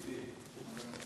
ידידי.